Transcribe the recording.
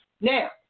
Now